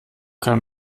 kein